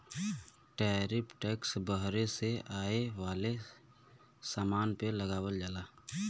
tariff tax बहरे से आये वाले समान पे लगावल जाला